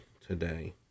today